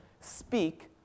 speak